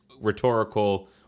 rhetorical